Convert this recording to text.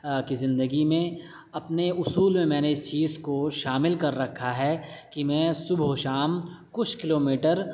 کی زندگی میں اپنے اصول میں میں اس چیز کو شامل کر رکھا ہے کہ میں صبح و شام کچھ کلو میٹر